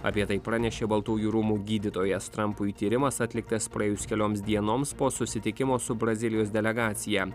apie tai pranešė baltųjų rūmų gydytojas trampui tyrimas atliktas praėjus kelioms dienoms po susitikimo su brazilijos delegacija